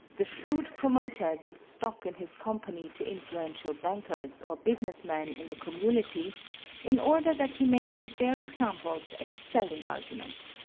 the shrewd promoter gives stock in his company to influential bankers or business men in the community in order that he may use their examples as a selling argument.